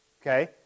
okay